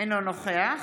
אינו נוכח